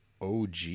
OG